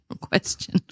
question